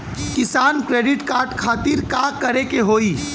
किसान credit card खातिर का करे के होई?